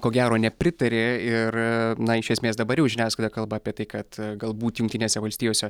ko gero nepritarė ir na iš esmės dabar jau žiniasklaida kalba apie tai kad galbūt jungtinėse valstijose